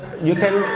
you can,